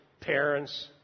parents